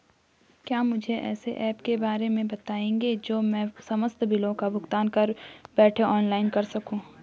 क्या मुझे ऐसे ऐप के बारे में बताएँगे जो मैं समस्त बिलों का भुगतान घर बैठे ऑनलाइन कर सकूँ?